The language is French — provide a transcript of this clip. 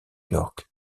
york